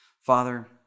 Father